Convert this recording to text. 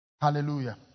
Hallelujah